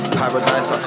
paradise